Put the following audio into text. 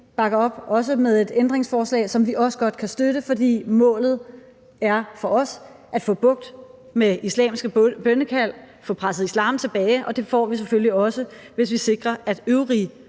bakker op, også med et ændringsforslag, som vi også godt kan støtte, for målet er for os at få bugt med islamiske bønnekald, få presset islam tilbage, og det får vi selvfølgelig også, hvis vi sikrer, at øvrige